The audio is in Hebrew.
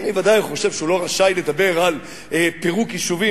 אני בוודאי חושב שהוא לא רשאי לדבר על פירוק יישובים.